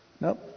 Nope